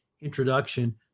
Introduction